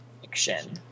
fiction